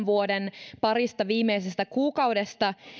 vuoden parista viimeisestä kuukaudesta